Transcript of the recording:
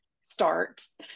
starts